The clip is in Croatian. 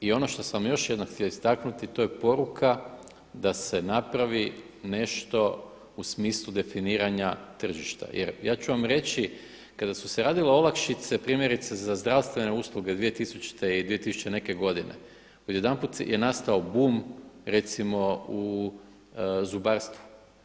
I ono što sam još jednom htio istaknuti to je poruka da se napravi nešto u smislu definiranja tržišta jer ja ću vam reći kada su se radile olakšice, primjerice za zdravstvene usluge 2000. i 2000. neke godine odjedanput je nastao bum recimo u zubarstvu.